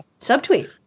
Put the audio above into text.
Subtweet